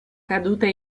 caduta